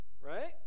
Right